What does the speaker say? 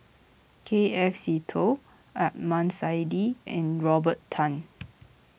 K F Seetoh Adnan Saidi and Robert Tan